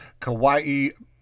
kawaii